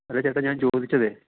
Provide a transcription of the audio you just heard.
അല്ല ചേട്ടാ ഞാൻ ചോദിച്ചത്